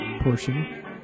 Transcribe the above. portion